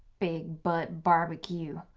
big butt barbecue.